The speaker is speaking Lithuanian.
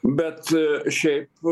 bet šiaip